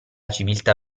civiltà